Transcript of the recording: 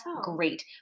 Great